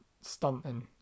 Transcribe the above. stunting